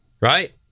right